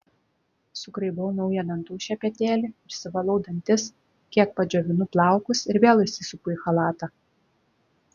sugraibau naują dantų šepetėlį išsivalau dantis kiek padžiovinu plaukus ir vėl įsisupu į chalatą